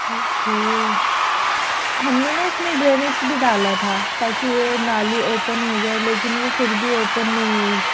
okay ہم نے نا اس میں ڈرینکس بھی ڈالا تھا تاکہ یہ نالی اوپن ہو جائے لیکن وہ پھر بھی اوپن نہیں ہوئی